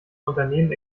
unternehmen